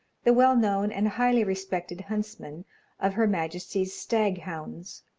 the well-known and highly-respected huntsman of her majesty's stag-hounds,